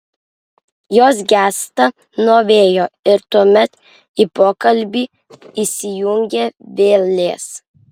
jos gęsta nuo vėjo ir tuomet į pokalbį įsijungia vėlės